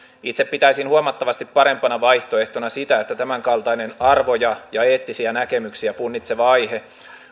itse pitäisin huomattavasti parempana vaihtoehtona sitä että tämänkaltainen arvoja ja eettisiä näkemyksiä punnitseva aihe